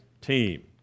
team